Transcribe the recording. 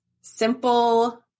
simple